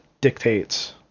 dictates